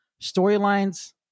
storylines